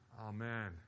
Amen